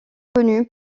connu